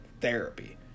Therapy